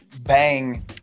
bang